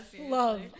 Love